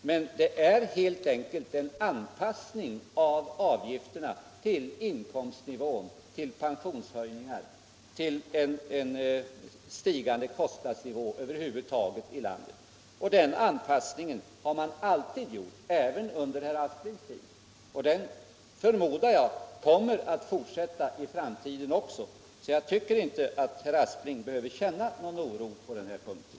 Men det är helt enkelt fråga om en anpassning av avgifterna till föreliggande inkomstnivå, till pensionshöjningar och till en stigande kostnadsnivå över huvud taget. Den anpassningen har man alltid gjort, även under herr Asplings tid. Jag förmodar att den kommer att fortsätta också i framtiden, och jag tycker därför inte att herr Aspling behöver känna någon oro på den här punkten.